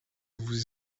vous